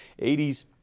80s